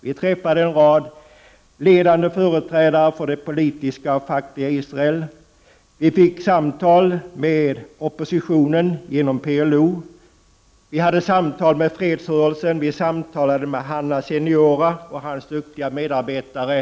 Vi träffade en rad ledande företrädare för det politiska och fackliga Israel. Vi fick föra samtal med oppositionen genom PLO. Vi förde samtal med fredsrörelsen. Vi samtalade med Hanna Seniora och hans duktiga medarbetare.